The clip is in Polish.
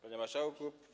Panie Marszałku!